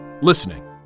listening